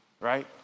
Right